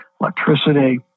electricity